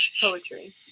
poetry